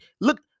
look